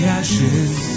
ashes